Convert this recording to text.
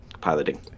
piloting